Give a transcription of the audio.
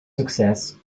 success